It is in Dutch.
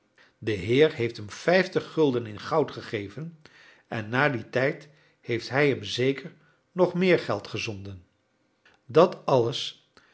de heer heeft hem vijftig gulden in goud gegeven en na dien tijd heeft hij hem zeker nog meer geld gezonden dat alles